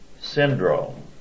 syndrome